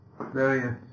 various